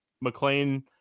McLean